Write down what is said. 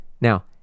Now